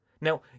now